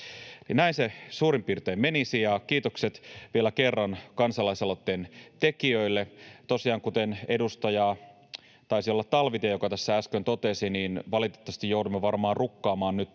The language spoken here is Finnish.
Näin se suurin piirtein menisi. Kiitokset vielä kerran kansalaisaloitteen tekijöille. Tosiaan kuten edustaja, taisi olla Talvitie, tässä äsken totesi, valitettavasti joudumme varmaan rukkaamaan nytten